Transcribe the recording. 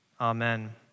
Amen